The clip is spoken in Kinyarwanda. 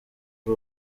ari